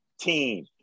team